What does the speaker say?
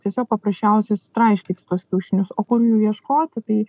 tiesiog paprasčiausias traiškyti tuos kiaušinius kur jų ieškoti tai